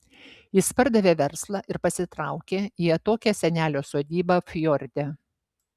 jis pardavė verslą ir pasitraukė į atokią senelio sodybą fjorde